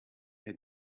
had